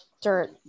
dirt